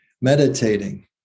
meditating